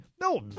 No